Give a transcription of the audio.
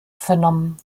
vernommen